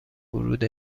ورود